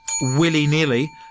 willy-nilly